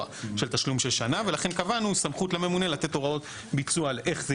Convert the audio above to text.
של תשלום של שנה ולכן קבענו סמכות לממונה לתת הוראות ביצוע על איך זה